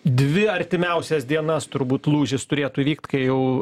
dvi artimiausias dienas turbūt lūžis turėtų įvykt kai jau